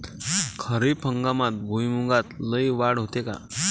खरीप हंगामात भुईमूगात लई वाढ होते का?